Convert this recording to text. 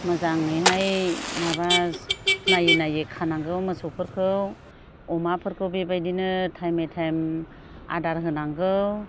मोजांङैहाय माबा नायै नायै खानांगौ मोसौफोरखौ अमाफोरखौ बेबायदिनो टाइमयै टाइम आदार होनांगौ